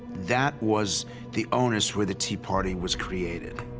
that was the onus where the tea party was created.